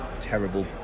terrible